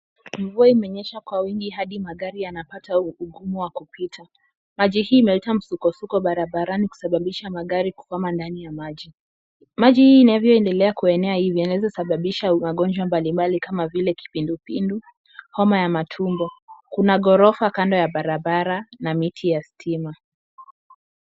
Mvua imenyesha kwa wingi hadi magari yanapata ugumu wa kupita. Maji hii imeleta msukosuko barabarani kusababisha magari kukwama ndani ya maji. Maji hii inavyoendelea kuenea hivi yanaweza sababisha magonjwa mbalimbali kama vile kipindupindu, homa ya matumbo. Kuna ghorofa kando ya barabara na miti ya stima.